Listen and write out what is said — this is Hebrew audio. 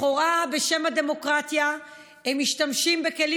לכאורה בשם הדמוקרטיה הם משתמשים בכלים